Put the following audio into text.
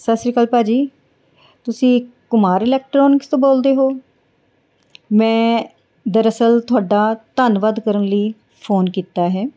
ਸਤਿ ਸ਼੍ਰੀ ਅਕਾਲ ਭਾਅ ਜੀ ਤੁਸੀਂ ਕੁਮਾਰ ਇਲੈਕਟ੍ਰੋਨਿਕਸ ਤੋਂ ਬੋਲਦੇ ਹੋ ਮੈਂ ਦਰਅਸਲ ਤੁਹਾਡਾ ਧੰਨਵਾਦ ਕਰਨ ਲਈ ਫੋਨ ਕੀਤਾ ਹੈ